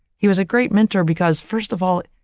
he was a great mentor because first of all,